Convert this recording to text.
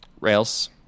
Rails